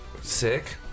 Sick